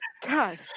god